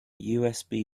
usb